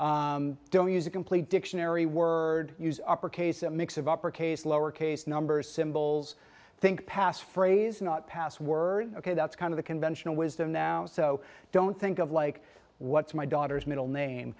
name don't use a complete dictionary word use upper case a mix of upper case lower case numbers symbols think passphrase not password ok that's kind of the conventional wisdom now so don't think of like what's my daughter's middle name